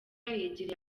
yegereye